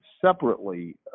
Separately